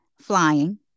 flying